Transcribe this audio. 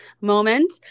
moment